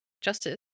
Justice